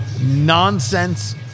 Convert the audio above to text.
nonsense